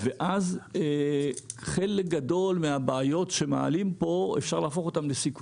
ואז אפשר להפוך חלק גדול מהבעיות שמעלים פה לסיכויים,